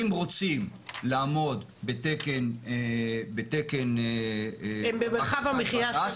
אם רוצים לעמוד בהחלטת בג"צ,